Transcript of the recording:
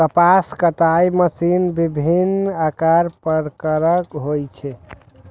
कपास कताइ मशीन विभिन्न आकार प्रकारक होइ छै